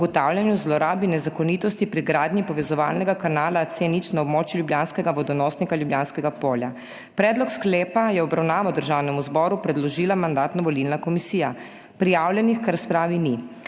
ugotavljanju zlorab in nezakonitosti pri gradnji povezovalnega kanala C0 na območju ljubljanskega vodonosnika Ljubljanskega polja. Predlog sklepa je v obravnavo Državnemu zboru predložila Mandatno-volilna komisija. Prijavljenih k razpravi ni.